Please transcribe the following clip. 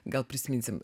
gal prisiminsim